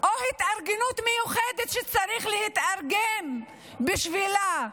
או התארגנות מיוחדת שצריך להתארגן בשבילה?